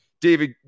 David